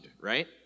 right